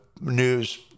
news